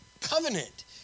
covenant